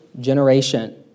generation